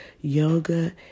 Yoga